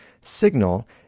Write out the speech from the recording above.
signal